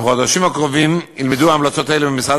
בחודשים הקרובים יילמדו המלצות אלה במשרד